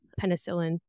penicillin